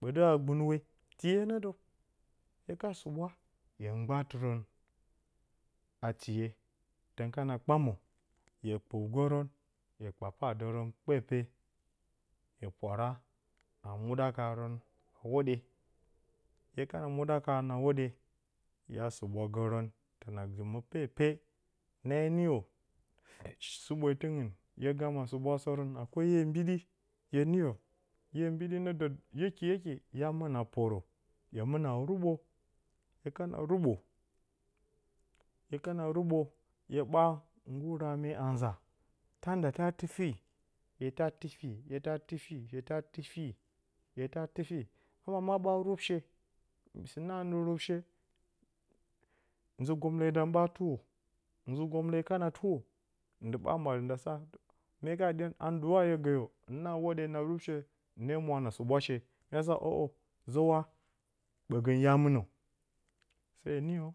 Ɓǝtɨ a gɨnuwe tiye nǝ dǝ hye kana suɓwa hye mgaat-irǝn a nǝ tiye tǝn kana kpamǝ hye kpǝwgǝrǝn hye kpadǝrǝn pepe, hye pwara hye muɗa kaaarǝn hwoɗye hya suɓwagǝrǝn tǝna dɨmǝ pepe. Na hye niyǝ sɨɓwetɨngɨn hye gama suɓwasǝrǝn akwai ʻye mbiɗi hye niyǝ hye mbiɗi nǝ dǝ ryeki-ryeki hya mɨna poro hye ruɓo hye kana ruɓo hye kana ruɓo hye ɓa nggur raame a nza ta nda ta tifiyi hye ta tifiyi hye ta tifiyi hye ta tifiyihye ta tifiyi hye ta tifiyi ama ma ɓa rubshe, sine anǝ rubshe nzǝ-gomle dan ɓa tuwo nzǝ-gomle kana tuwo ndi ɓa maɗǝ nda sa mya kana ɗiyǝn ando haa hye gǝ yǝ hɨne a hwoɗye na rubshe hɨn mwa na suɓwashe mya san a ǝʻǝ zǝ wa ɓǝgǝng hya mɨnǝ se hye niyǝ